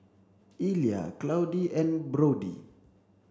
Illya Claudie and Brody